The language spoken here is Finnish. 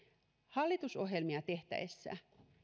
hallitusohjelmia tehtäessä